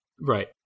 right